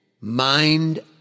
Mind